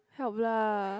help lah